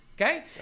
Okay